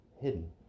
hidden